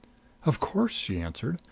of course! she answered.